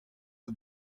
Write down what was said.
out